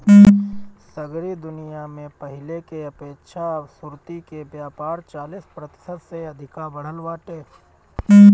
सगरी दुनिया में पहिले के अपेक्षा अब सुर्ती के व्यापार चालीस प्रतिशत से अधिका बढ़ल बाटे